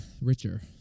richer